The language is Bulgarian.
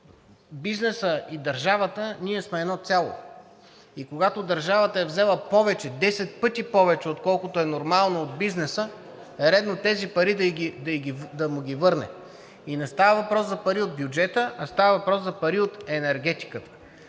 другия. Бизнесът и държавата – ние сме едно цяло, и когато държавата е взела повече, 10 пъти повече, отколкото е нормално, от бизнес, е редно тези пари да му ги върне. И не става въпрос за пари от бюджета, а за пари от енергетиката.